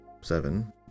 seven